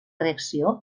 reacció